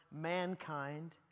mankind